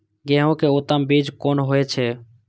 गेंहू के उत्तम बीज कोन होय छे?